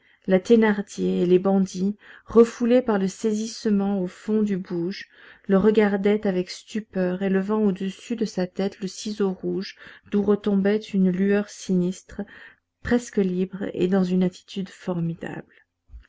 la thénardier et les bandits refoulés par le saisissement au fond du bouge le regardaient avec stupeur élevant au-dessus de sa tête le ciseau rouge d'où tombait une lueur sinistre presque libre et dans une attitude formidable